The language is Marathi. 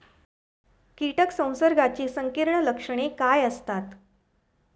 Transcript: कीटक संसर्गाची संकीर्ण लक्षणे काय असतात?